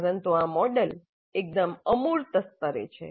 પરંતુ આ મોડેલ એકદમ અમૂર્ત સ્તરે છે